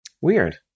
Weird